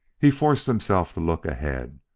he forced himself to look ahead,